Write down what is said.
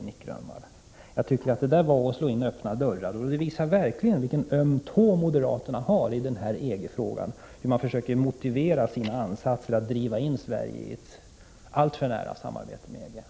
Nic Grönvall slog in öppna dörrar, och det visar vilken öm tå moderaterna har i EG-frågan, där de försöker motivera sina ansatser att driva in Sverige i ett alltför nära samarbete med EG.